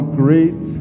great